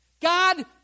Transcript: God